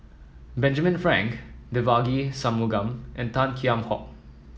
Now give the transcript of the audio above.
Benjamin Frank Devagi Sanmugam and Tan Kheam Hock